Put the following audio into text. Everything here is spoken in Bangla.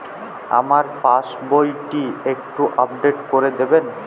আমার পাসবই টি একটু আপডেট করে দেবেন?